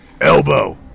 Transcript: Elbow